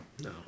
No